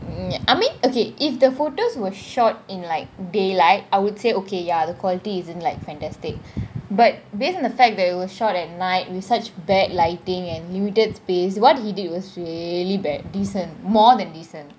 mm I mean okay if the photos were shot in like daylight I would say okay ya the quality isn't like fantastic but based on the fact they were shot at night with such bad lighting and muted space what he did was really bad decent more than decent